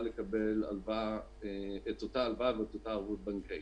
לקבל את אותה הלוואה ואת אותה ערבות בנקאית.